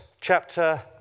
chapter